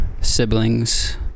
siblings